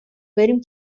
بریم